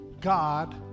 God